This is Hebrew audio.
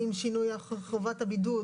עם שינוי חובת הבידוד,